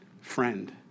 friend